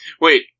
Wait